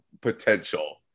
potential